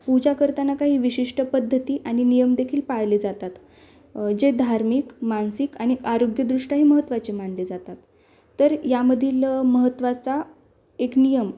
पूजा करताना काही विशिष्ट पद्धती आणि नियमदेखील पाळले जातात जे धार्मिक मानसिक आणि आरोग्यदृष्ट्याही महत्त्वाचे मानले जातात तर यामधील महत्त्वाचा एक नियम